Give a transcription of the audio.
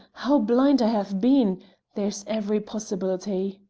how blind i have been there is every possibility.